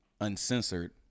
uncensored